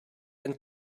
and